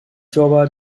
jove